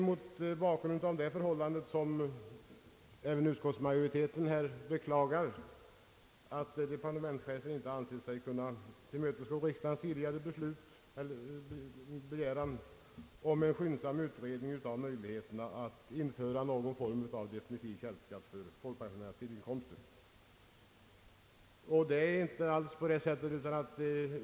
Mot bakgrunden härav beklagar utskottsmajoriteten, att departementschefen inte ansett sig kunna tillmötesgå riksdagens begäran om en skyndsam utredning av möjligheterna att införa någon form av definitiv källskatt på folkpensionärernas sidoinkomster.